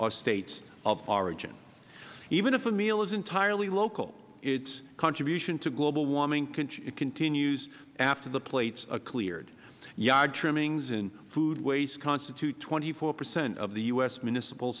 or states of origin even if a meal is entirely local its contribution to global warming continues after the plates are cleared yard trimmings and food waste constitute twenty four percent of the u s municipal